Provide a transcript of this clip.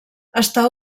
està